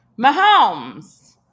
Mahomes